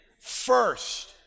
First